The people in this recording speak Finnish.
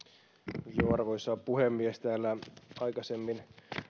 arvoisa arvoisa puhemies täällä aikaisemmin